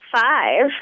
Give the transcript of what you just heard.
Five